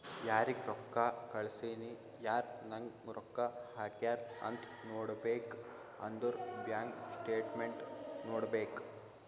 ಯಾರಿಗ್ ರೊಕ್ಕಾ ಕಳ್ಸಿನಿ, ಯಾರ್ ನಂಗ್ ರೊಕ್ಕಾ ಹಾಕ್ಯಾರ್ ಅಂತ್ ನೋಡ್ಬೇಕ್ ಅಂದುರ್ ಬ್ಯಾಂಕ್ ಸ್ಟೇಟ್ಮೆಂಟ್ ನೋಡ್ಬೇಕ್